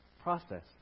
process